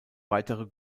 weitere